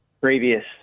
previous